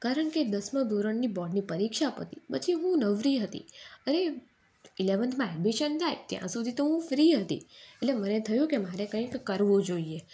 કારણ કે દસમા ધોરણની બોર્ડની પરીક્ષા પતી પછી હું નવરી હતી અને ઇલેવન્થમાં એડમિશન થાય ત્યાં સુધી તો હું ફ્રી હતી એટલે મને થયું કે મારે કંઈક કરવું જોઈએ